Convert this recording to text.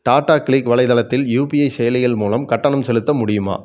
Tata Cliq வலைத்தளத்தில் UPI செயலிகள் மூலம் கட்டணம் செலுத்த முடியுமா